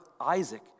Isaac